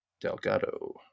Delgado